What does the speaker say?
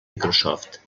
microsoft